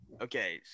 okay